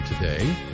today